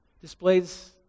Displays